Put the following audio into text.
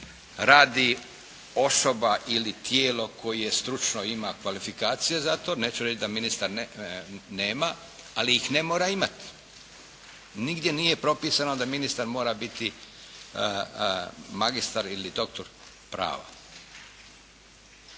radi osoba ili tijelo koje stručno ima kvalifikacije za to. Neću reći da ministar nema, ali ih ne mora imati. Nigdje nije propisano da ministar mora biti magistar ili doktor prava.